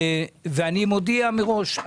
אני מודיע מראש,